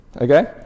Okay